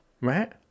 Right